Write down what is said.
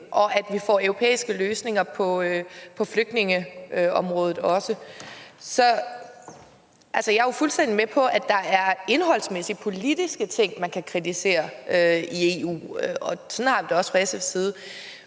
og at vi også får europæiske løsninger på flygtningeområdet. Altså, jeg er fuldstændig med på, at der er indholdsmæssige, politiske ting, man kan kritisere i EU, og sådan har vi det også fra SF's side,